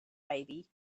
baby